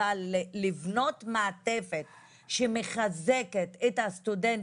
אבל לבנות מעטפת שמחזקת את הסטודנטים.